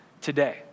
today